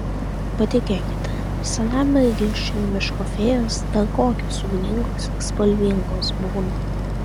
patikėkite senam mergišiui miško fėjos dar kokios ugningos ir spalvingos būna